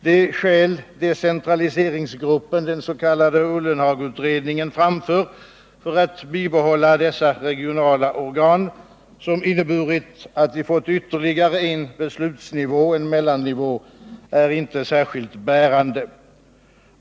De skäl som decentraliseringsgruppen — den s.k. Ullenhagutredningen — anför för att bibehålla dessa regionala organ som inneburit att vi fått ytterligare en beslutsnivå, en mellannivå, är inte särskilt bärande.